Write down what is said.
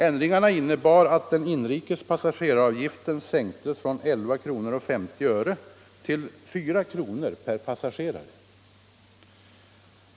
Ändringarna innebar att den inrikes passageraravgiften sänktes från 11 kr. 50 öre till 4 kr. per passagerare.